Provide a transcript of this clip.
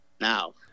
Now